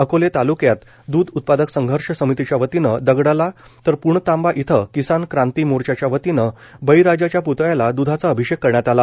अकोले तालुक्यात दूध उत्पादक संघर्ष समितीच्या वतीनं दगडाला तर प्णतांबा इथं किसान क्रांती मोर्चाच्या वतीनं बळीराजाच्या प्तळ्याला द्धाचा अभिषेक करण्यात आला